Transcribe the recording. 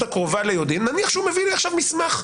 הקרובה ליודעין נניח שהוא מביא לי עכשיו מסמך,